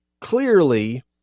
clearly